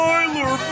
Tyler